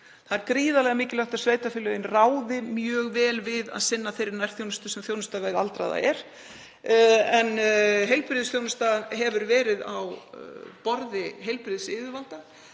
Það er gríðarlega mikilvægt að sveitarfélögin ráði mjög vel við að sinna þeirri nærþjónustu sem þjónusta við aldraða er. Heilbrigðisþjónusta hefur verið á borði heilbrigðisyfirvalda,